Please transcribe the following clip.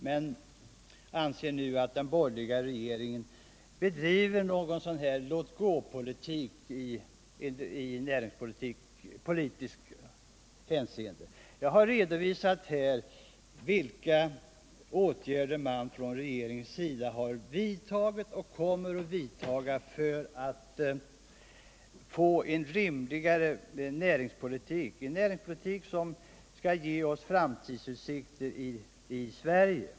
men man anser att den borgerliga regeringen nu bedriver ett slags tåt-gåsystem när det gäller näringspolitiken. Jag har här redovisat vilka åtgärder regeringen har vidtagit och kommer att vidtaga för att få fram den rimligare näringspolitik, som skall ge oss framtidsutsikter i Sverige.